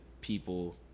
people